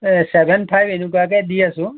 এই seven five কেনেকুৱাকৈ দি আছো